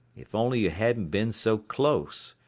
if only you hadn't been so close.